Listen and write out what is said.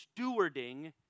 stewarding